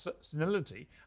senility